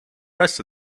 rest